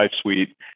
suite